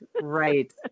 right